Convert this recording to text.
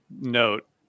note